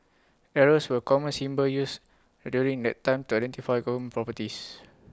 arrows were common symbols used during that time to identify government properties